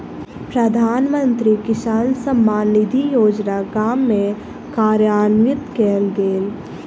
प्रधानमंत्री किसान सम्मान निधि योजना गाम में कार्यान्वित कयल गेल